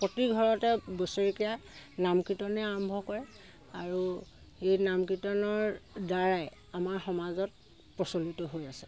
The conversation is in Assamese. প্ৰতিঘৰতে বছৰেকীয়া নাম কীৰ্তনে আৰম্ভ কৰে আৰু এই নাম কীৰ্তনৰ দ্বাৰাই আমাৰ সমাজত প্ৰচলিত হৈ আছে